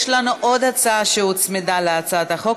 יש לנו עוד הצעה שהוצמדה להצעת החוק,